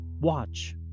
watch